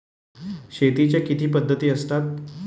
शेतीच्या किती पद्धती असतात?